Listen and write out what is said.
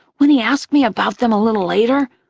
when he asked me about them a little later,